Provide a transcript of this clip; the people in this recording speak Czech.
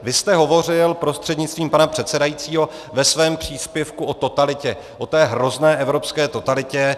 Vy jste hovořil prostřednictvím pana předsedajícího ve svém příspěvku o totalitě, o té hrozné evropské totalitě.